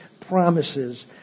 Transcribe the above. promises